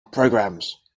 programs